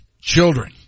children